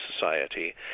society